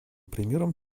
примером